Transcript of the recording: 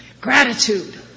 Gratitude